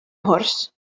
mhwrs